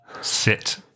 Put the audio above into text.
Sit